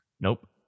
Nope